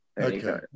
Okay